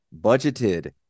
budgeted